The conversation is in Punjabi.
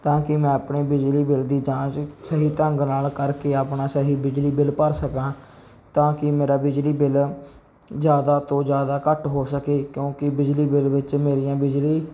ਤਾਂ ਕਿ ਮੈਂ ਆਪਣੇ ਬਿਜਲੀ ਬਿੱਲ ਦੀ ਜਾਂਚ ਸਹੀ ਢੰਗ ਨਾਲ ਕਰਕੇ ਆਪਣਾ ਸਹੀ ਬਿਜਲੀ ਬਿੱਲ ਭਰ ਸਕਾਂ ਤਾਂ ਕਿ ਮੇਰਾ ਬਿਜਲੀ ਬਿੱਲ ਜ਼ਿਆਦਾ ਤੋਂ ਜ਼ਿਆਦਾ ਘੱਟ ਹੋ ਸਕੇ ਕਿਉਂਕਿ ਬਿਜਲੀ ਬਿੱਲ ਵਿੱਚ ਮੇਰੀਆਂ ਬਿਜਲੀ